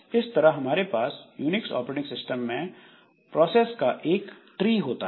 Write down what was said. इस तरह हमारे पास यूनिक्स ऑपरेटिंग सिस्टम में प्रोसेस का एक ट्री होता है